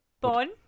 Bon